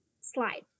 slide